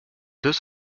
deux